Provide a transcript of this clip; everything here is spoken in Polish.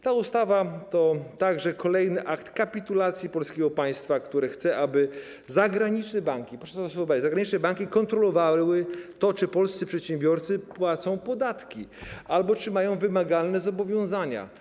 Ta ustawa to także kolejny akt kapitulacji polskiego państwa, które chce, aby zagraniczne banki - proszę sobie wyobrazić: zagraniczne banki - kontrolowały to, czy polscy przedsiębiorcy płacą podatki albo czy mają wymagalne zobowiązania.